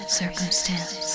circumstance